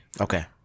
Okay